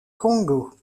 congo